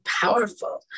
powerful